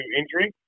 injury